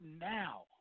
now